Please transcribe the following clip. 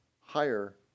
higher